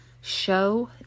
show